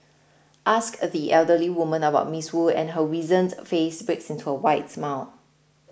ask the elderly woman about Miss Wu and her wizened face breaks into a wide smile